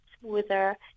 smoother